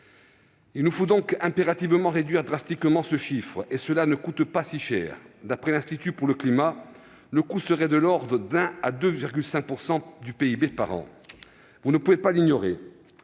Il nous faut donc impérativement réduire drastiquement ces émissions, et cela ne coûte pas si cher. D'après l'Institut de l'économie pour le climat, le coût serait de l'ordre de 1 % à 2,5 % du PIB par an. Vous ne pouvez pas l'ignorer.